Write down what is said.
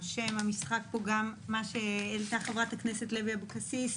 שם המשחק פה גם מה שהעלתה חברת הכנסת לוי אבקסיס,